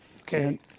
Okay